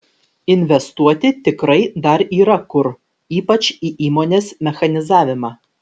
investuoti tikrai dar yra kur ypač į įmonės mechanizavimą